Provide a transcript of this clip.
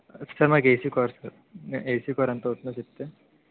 sir మాకు AC car sir AC car ఎంతవుతుందో చెప్తే